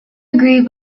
agreed